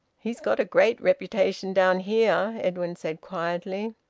he's got a great reputation down here, edwin said quietly.